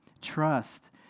Trust